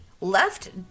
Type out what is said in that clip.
left